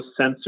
sensors